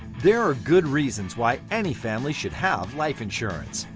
there are good reasons why any family should have life insurance,